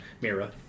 Mira